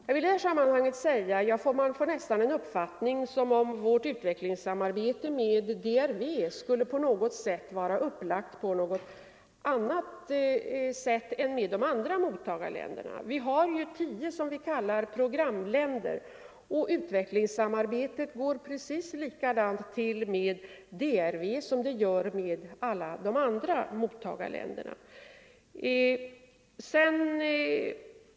Man får av herr Hernelius” anförande nästan uppfattningen att vårt utvecklingssamarbete med DRV skulle vara upplagt på något annat sätt än när det gäller de andra mottagarländerna. Vi har tio s.k. programländer, och utvecklingssamarbetet med DRV sker på precis samma sätt som med alla andra mottagarländer.